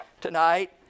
tonight